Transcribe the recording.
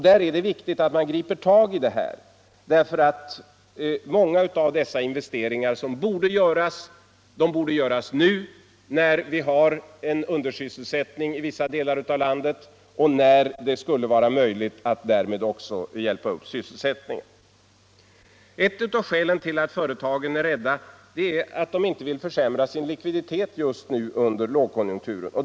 Det är viktigt att man griper tag i det här problemet, för många av dessa investeringar borde göras nu, när vi har undersysselsättning i vissa delar av landet och vi därmed också skulle kunna hjälpa upp sysselsättningen. Ett av skälen till att företagen är rädda är att de inte vill försämra sin likviditet just nu under lågkonjunkturen.